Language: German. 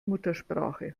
muttersprache